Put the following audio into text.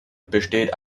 besteht